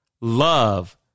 love